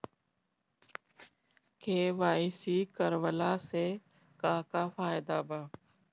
KYC करवला से का का फायदा बा?